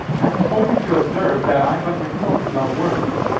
i implore you to observe that i but report his own words.